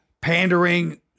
pandering